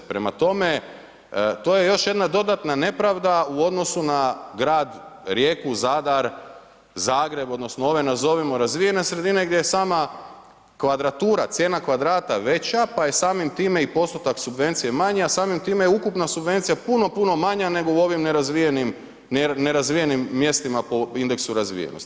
Prema tome, to je još jedna dodatna nepravda u odnosu na grad Rijeku, Zadar, Zagreb, odnosno ove nazovimo razvijene sredine gdje je sama kvadratura, cijena kvadrata veća pa je samim time i postotak subvencije manji a samim time je ukupna subvencija puno, puno manja nego u ovim nerazvijenim mjestima po indeksu razvijenosti.